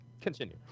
Continue